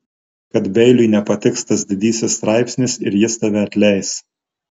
kad beiliui nepatiks tas didysis straipsnis ir jis tave atleis